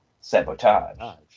sabotage